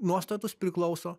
nuostatus priklauso